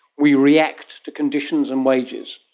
we react to conditions and wages.